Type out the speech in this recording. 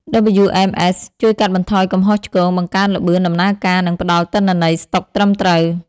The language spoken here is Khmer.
WMS ជួយកាត់បន្ថយកំហុសឆ្គង បង្កើនល្បឿនដំណើរការ និងផ្តល់ទិន្នន័យស្តុកត្រឹមត្រូវ។